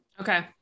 okay